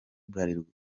bralirwa